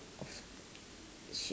sh~